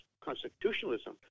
constitutionalism